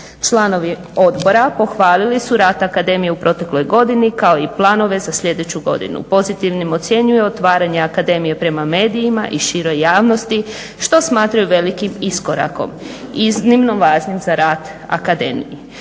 Članovi odbora pohvalili su rad akademije u protekloj godini kao i planove za sljedeću godinu. Pozitivnim ocjenjuju otvaranje akademije prema medijima i široj javnosti što smatraju velikim iskorakom, iznimno važnim za rad akademije.